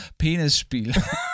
Penisspiel